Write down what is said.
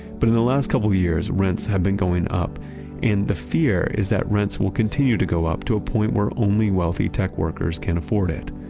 but in the last couple of years, rents have been going up and the fear is that rents will continue to go up to a point where only wealthy tech workers can afford it.